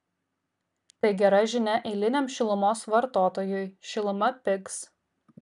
tai gera žinia eiliniam šilumos vartotojui šiluma pigs